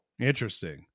Interesting